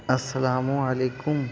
السلام علیکم